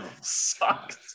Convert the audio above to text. sucked